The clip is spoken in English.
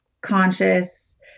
conscious